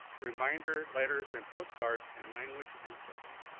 reminder letters and postcards and language inserts.